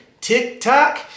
TikTok